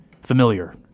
familiar